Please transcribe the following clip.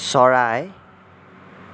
চৰাই